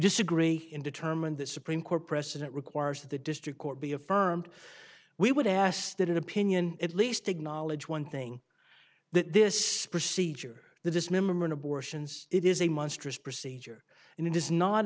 disagree in determine that supreme court precedent requires that the district court be affirmed we would ask that opinion at least acknowledge one thing that this procedure the dismemberment abortions it is a monstrous procedure and it is not